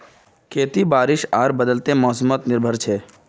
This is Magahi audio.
खेती बारिश आर बदलते मोसमोत निर्भर छे